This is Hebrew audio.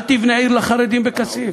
אל תבנה עיר לחרדים בכסיף,